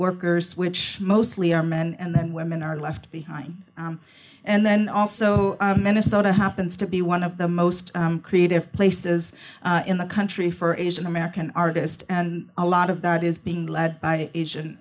workers which mostly are men and women are left behind and then also minnesota happens to be one of the most creative places in the country for asian american artist and a lot of that is being led by asian